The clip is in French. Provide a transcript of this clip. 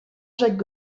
jacques